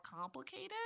complicated